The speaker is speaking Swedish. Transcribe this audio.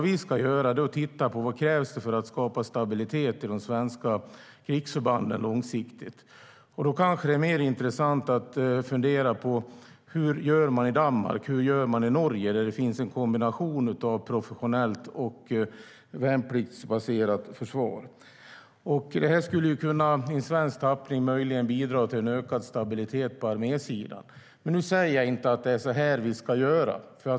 Vi ska titta på vad som krävs för att skapa långsiktig stabilitet i de svenska krigsförbanden. Då är det kanske mer intressant att titta på hur man gör i Danmark och Norge där det finns en kombination av professionellt och värnpliktsbaserat försvar. Detta skulle i svensk tappning möjligen bidra till en ökad stabilitet på armésidan. Jag säger inte att det är så här vi ska göra.